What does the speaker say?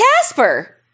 Casper